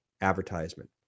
advertisement